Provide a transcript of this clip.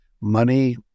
money